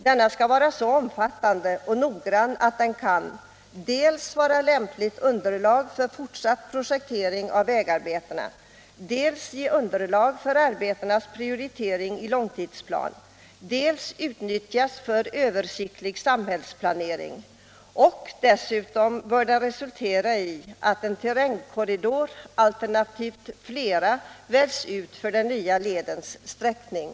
Denna skall vara så omfattande och noggrann att den kan dels vara lämpligt underlag för fortsatt projektering av vägarbetena, dels ge underlag för arbetenas prioritering i långtidsplån, dels ock utnyttjas för översiktlig samhällsplanering. Dessutom bör den resultera i att en terrängkorridor, alternativt flera, väljs ut för den nya ledens sträckning.